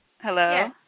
Hello